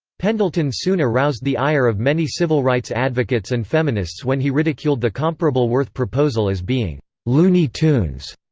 pendleton soon aroused the ire of many civil rights advocates and feminists when he ridiculed the comparable worth proposal as being looney tunes.